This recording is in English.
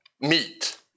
meet